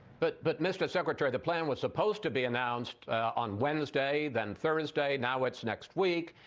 but but mr. secretary, the plan was supposed to be announced on wednesday, then thursday, now it's next week.